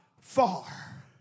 far